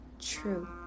true